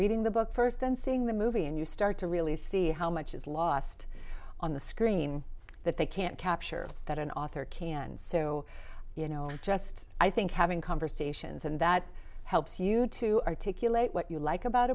reading the book first then seeing the movie and you start to really see how much is lost on the screen that they can't capture that an author can so you know just i think having conversations and that helps you to articulate what you like about